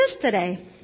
today